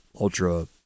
ultra